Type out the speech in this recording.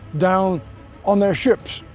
down on their ships.